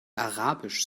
arabisch